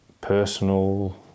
personal